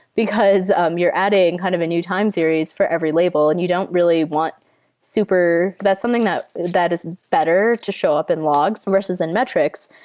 because um you're adding and kind of a new time series for every label and you don't really want super that's something that is that is better to show up in logs versus in metrics,